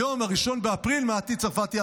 היום 1 באפריל, מטי צרפתי הרכבי,